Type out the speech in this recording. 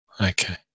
okay